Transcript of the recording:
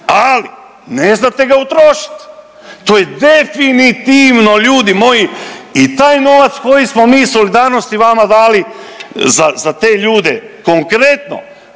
Ali, ne znate ga utrošiti. To je definitivno, ljudi moji! I taj novac koji smo mi iz solidarnosti vama dali za te ljude, konkretno,